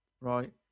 right